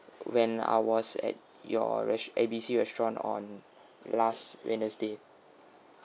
when I was at your rest~ A B C restaurant on last wednesday